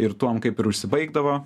ir tuom kaip ir užsibaigdavo